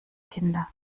kinder